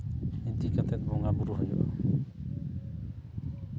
ᱤᱫᱤ ᱠᱟᱛᱮᱫ ᱵᱚᱸᱜᱟᱼᱵᱩᱨᱩ ᱦᱩᱭᱩᱜᱼᱟ